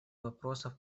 вопросов